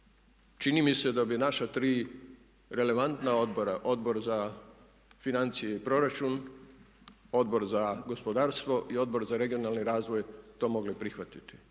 čini mi se da bi naša tri relevantna odbora, Odbor za financije i proračun, Odbor za gospodarstvo i Odbor za regionalni razvoj to mogli prihvatiti.